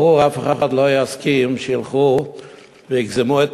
ברור שאף אחד לא יסכים שילכו ויגזמו את